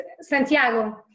Santiago